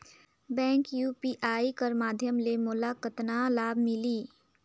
Bank UPI कर माध्यम ले मोला कतना लाभ मिली?